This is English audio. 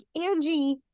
angie